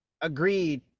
agreed